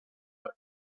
earth